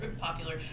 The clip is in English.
popular